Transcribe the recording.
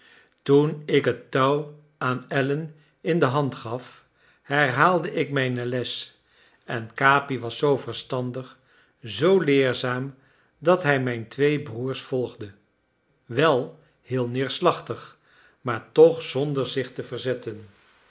toen ik het touw aan allen in de hand gaf herhaalde ik mijne les en capi was zoo verstandig zoo leerzaam dat hij mijn twee broers volgde wel heel neerslachtig maar toch zonder zich te verzetten